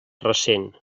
ressent